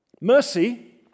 Mercy